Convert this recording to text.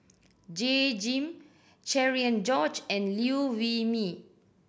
Jay Jim Cherian George and Liew Wee Mee